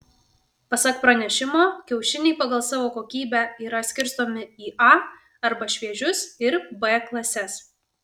pasak pranešimo kiaušiniai pagal savo kokybę yra skirstomi į a arba šviežius ir b klases